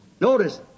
Notice